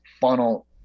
funnel